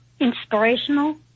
inspirational